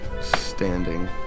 standing